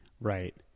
Right